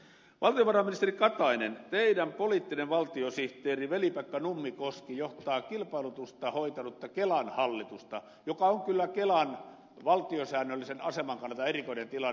valtiovarainministeri katainen teidän poliittinen valtiosihteerinne veli pekka nummikoski johtaa kilpailutusta hoitanutta kelan hallitusta mikä on kyllä kelan valtiosäännöllisen aseman kannalta erikoinen tilanne